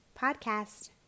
podcast